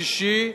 שישי,